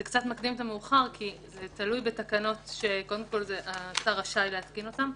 זה קצת מקדים את המאוחר כי זה תלוי בתקנות שהשר רשאי להתקין אותן,